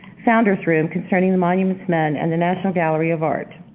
founder's room, concerning the monuments men and the national gallery of art,